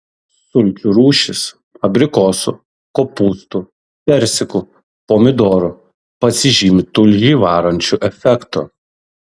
sulčių rūšis abrikosų kopūstų persikų pomidorų pasižymi tulžį varančiu efektu